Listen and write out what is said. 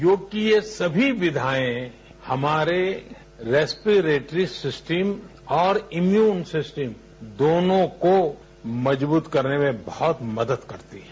योग की ये सभी विधाएं हमारे रेस्पेरेट्री सिस्टम और इम्युनिटी सिस्टम दोनों को मजबूत करने में बहुत मदद करता है